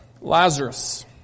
Lazarus